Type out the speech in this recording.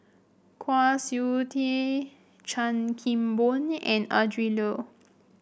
Kwa Siew Tee Chan Kim Boon and Adrin Loi